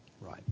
right